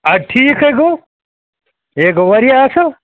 اَدٕ ٹھیٖکھَے گوٚو یے گوٚو واریاہ اَصٕل